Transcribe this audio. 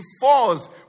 falls